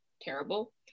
terrible